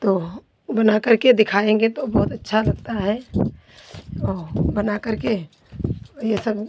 तो बनाकर के दिखाएँगे तो बहुत अच्छा लगता है और बनाकर के ये सब